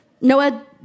Noah